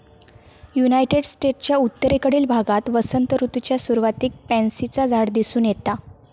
United स्टेट्सच्या उत्तरेकडील भागात वसंत ऋतूच्या सुरुवातीक पॅन्सीचा झाड दिसून येता